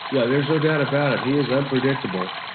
yeah there's no doubt about it, he is unpredictable.